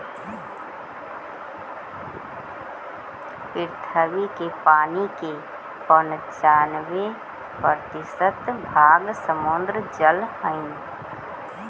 पृथ्वी के पानी के पनचान्बे प्रतिशत भाग समुद्र जल हई